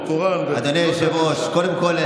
הוא תורן עד 05:30. אדוני היושב-ראש, קודם כול,